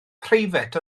preifat